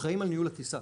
אחראיים על ניהול הטיסה.